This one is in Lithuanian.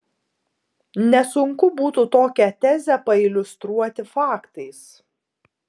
nesunku būtų tokią tezę pailiustruoti faktais